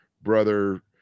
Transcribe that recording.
brother